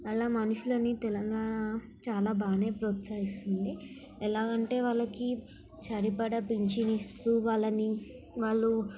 అలా మనుషులను తెలంగాణ చాలా బాగానే ప్రోత్సహిస్తుంది ఎలాగంటే వాళ్ళకి సరిపడా పింఛన్ ఇస్తూ వాళ్ళని వాళ్ళు